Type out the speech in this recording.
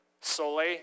Sole